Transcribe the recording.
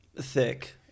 thick